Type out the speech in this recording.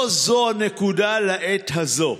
לא זו הנקודה לעת הזאת.